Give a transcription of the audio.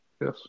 yes